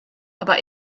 aber